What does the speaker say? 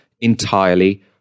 entirely